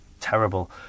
terrible